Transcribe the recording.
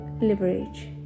Leverage